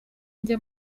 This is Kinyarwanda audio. njya